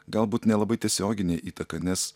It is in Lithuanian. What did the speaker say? galbūt nelabai tiesioginę įtaką nes